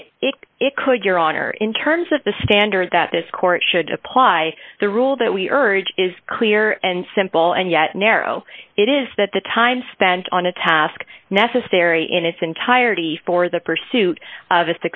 here if it could your honor in terms of the standards that this court should apply the rule that we urge is clear and simple and yet narrow it is that the time spent on a task necessary in its entirety for the pursuit of a